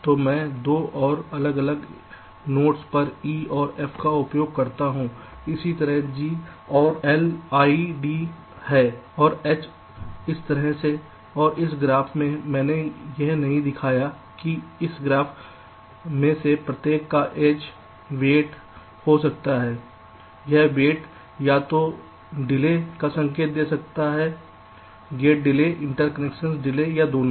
तो मैं 2 और अलग अलग नोड्स पर E और F का उपयोग करता हूं इसी तरह G और ID और H इस तरह से और इस ग्राफ में मैंने यह नहीं दिखाया है कि इस ग्राफ में से प्रत्येक का एज वेट हो सकता है यह वेट या तो डिले का संकेत दे सकता है गेट डिले इंटरकनेक्शन डिले या दोनों